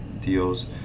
deals